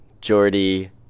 Jordy